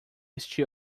este